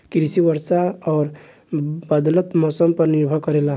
कृषि वर्षा और बदलत मौसम पर निर्भर करेला